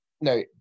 no